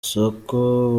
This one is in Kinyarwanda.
masoko